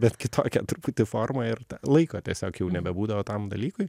bet kitokia truputį forma ir laiko tiesiog jau nebebūdavo tam dalykui